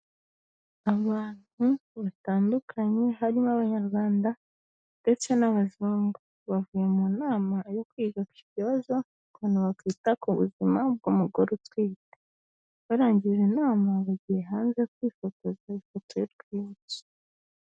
Abantu batandukanye harimo abanyarwanda ndetse n'abazungu, bavuye mu nama yo kwiga ku kibazo ukuntu bakwita ku buzima bw'umugore utwite, barangije inama bagiye hanze kwifotoza ifoto y'urwibutso.